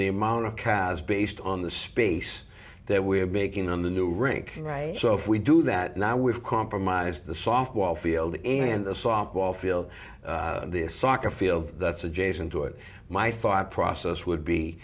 the amount of cows based on the space that we have making on the new rink right so if we do that now we've compromised the softball field and a softball field this soccer field that's adjacent to it my thought process would be